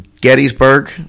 Gettysburg